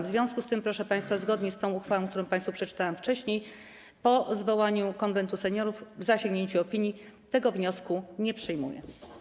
W związku z tym, proszę państwa, zgodnie z uchwałą, którą państwu przeczytałam wcześniej, po zwołaniu Konwentu Seniorów, zasięgnięciu opinii, tego wniosku nie przyjmuję.